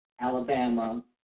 Alabama